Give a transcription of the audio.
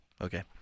Okay